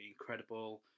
incredible